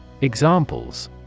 Examples